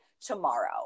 tomorrow